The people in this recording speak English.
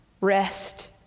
Rest